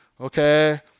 okay